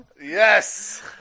Yes